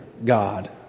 God